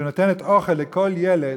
שנותנת אוכל לכל ילד,